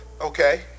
Okay